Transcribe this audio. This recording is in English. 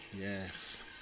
Yes